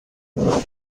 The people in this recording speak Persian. خواهم